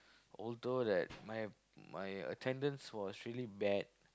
although that my my attendance was really bad